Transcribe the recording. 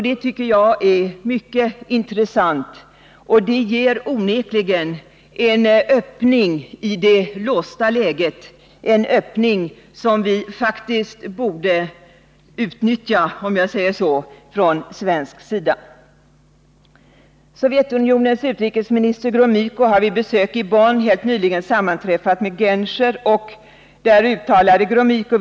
Det tycker jag är mycket intressant, och det innebär onekligen en öppning i det låsta läget, en öppning som vi faktiskt borde utnyttja — om jag får säga så — från svensk sida. Sovjetunionens utrikesminister Gromyko har vid besök i Bonn helt nyligen sammanträffat med utrikesminister Genscher.